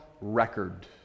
record